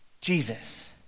Jesus